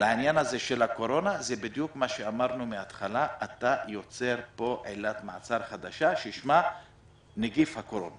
לעניין של הקורונה אתה יוצר פה עילת מעצר חדשה ששמה נגיף הקורונה